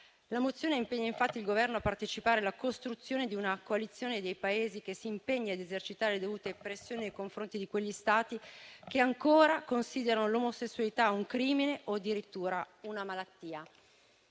La mozione impegna, infatti, il Governo a partecipare alla costruzione di una coalizione dei Paesi che si impegna ad esercitare dovute pressioni nei confronti di quegli Stati che ancora considerano l'omosessualità un crimine o addirittura una malattia.